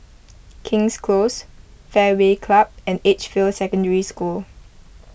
King's Close Fairway Club and Edgefield Secondary School